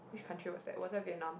which country was that was that Vietnam